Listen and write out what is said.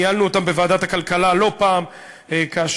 ניהלנו אותם בוועדת הכלכלה לא פעם כאשר